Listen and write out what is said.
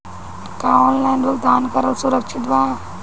का ऑनलाइन भुगतान करल सुरक्षित बा?